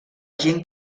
gent